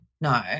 No